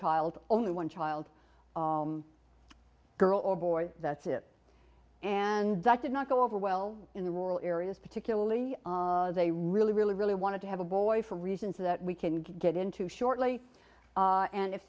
child only one child girl or boy that's it and that did not go over well in the rural areas particularly they really really really wanted to have a boy for reasons that we can get into shortly and if